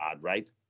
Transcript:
right